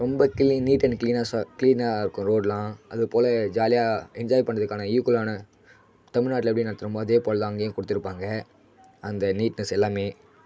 ரொம்ப clean neat and க்ளீனஸாக க்ளீனாக இருக்கும் ரோடெலாம் அதுபோல் ஜாலியாக என்ஜாய் பண்ணுறதுக்கான ஈக்வலான தமிழ்நாட்டில் எப்படி நடத்துகிறமோ அதேபோல்தான் அங்கேயும் கொடுத்துருப்பாங்க அந்த நீட்னஸ் எல்லாமே